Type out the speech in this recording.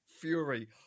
fury